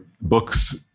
books